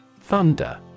Thunder